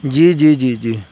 جی جی جی جی